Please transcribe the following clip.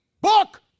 book